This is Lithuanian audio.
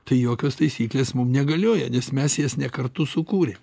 tai jokios taisyklės mum negalioja nes mes jas ne kartu sukūrėm